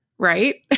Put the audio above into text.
Right